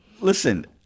listen